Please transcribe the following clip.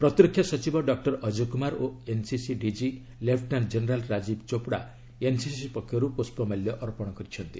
ପ୍ରତିରକ୍ଷା ସଚିବ ଡକ୍ର ଅଜୟ କୁମାର ଓ NCC D G lieutenant general Rajiv Chopra NCC ପକ୍ଷରୁ ପୁଷ୍ପମାଲ୍ୟ ଅର୍ପଣ କରିଛନ୍ତି